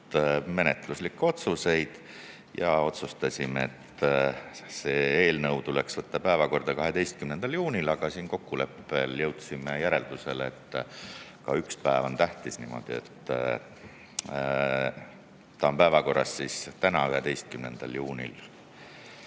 menetluslikke otsuseid. Otsustasime, et see eelnõu tuleks võtta päevakorda 12. juunil, aga kokkuleppel jõudsime järeldusele, et ka üks päev on tähtis, niimoodi on see päevakorras täna, 11. juunil.